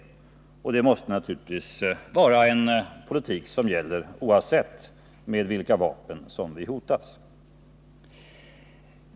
Den politiken måste naturligtvis gälla oberoende av med vilka vapen som vi hotas.